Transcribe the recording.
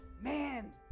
man